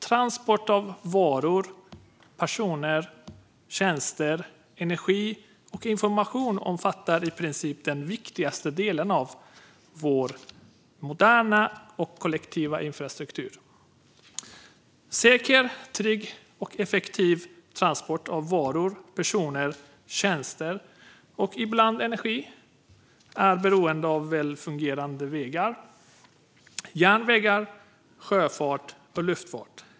Transport av varor, personer, tjänster, energi och information omfattar i princip den viktigaste delen av vår moderna och kollektiva infrastruktur. Säker, trygg och effektiv transport av varor, personer, tjänster och ibland energi är beroende av väl fungerande vägar, järnvägar, sjöfart och luftfart.